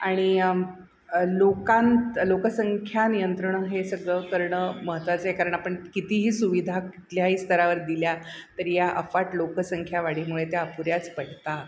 आणि लोकांत लोकसंख्या नियंत्रण हे सगळं करणं महत्त्वाचं आहे कारण आपण कितीही सुविधा कुठल्याही स्तरावर दिल्या तरी या अफाट लोकसंख्या वाढीमुळे त्या अपुऱ्याच पडतात